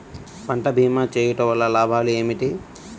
పంట భీమా చేయుటవల్ల లాభాలు ఏమిటి?